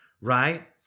Right